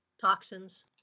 toxins